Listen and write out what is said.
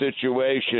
situation